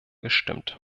gestimmt